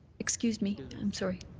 excuse me. i'm sorry.